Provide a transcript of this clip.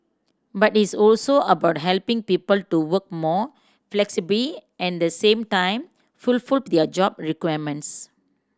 but it's also about helping people to work more flexibly and at the same time fulfil their job requirements